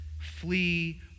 flee